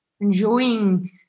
enjoying